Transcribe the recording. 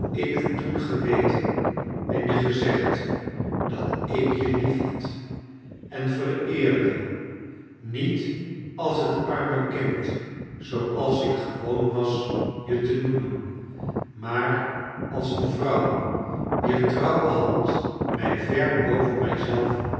ik toen geweten en je gezegd dat ik je liefhad en vereerde niet als het arme kind zooals ik gewoon was je te noemen maar als een vrouw wier trouwe hand mij ver boven